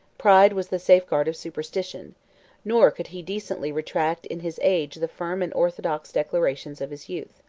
pride was the safeguard of superstition nor could he decently retract in his age the firm and orthodox declarations of his youth.